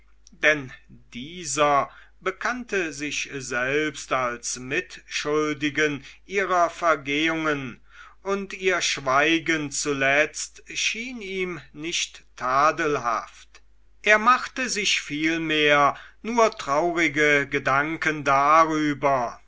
denn dieser bekannte sich selbst als mitschuldigen ihrer vergehungen und ihr schweigen zuletzt schien ihm nicht tadelhaft er machte sich vielmehr nur traurige gedanken darüber